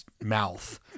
mouth